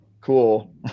cool